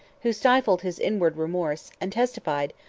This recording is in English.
who stifled his inward remorse, and testified,